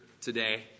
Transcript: today